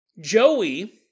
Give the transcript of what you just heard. Joey